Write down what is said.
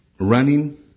running